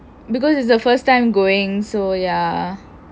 because it's the first time going so ya